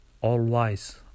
all-wise